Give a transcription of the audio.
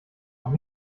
noch